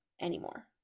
anymore